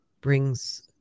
brings